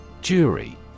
Jury